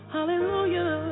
Hallelujah